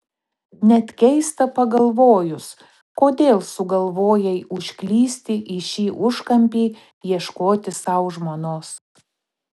net keista pagalvojus kodėl sugalvojai užklysti į šį užkampį ieškoti sau žmonos